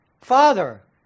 Father